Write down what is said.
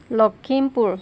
Lakhimpur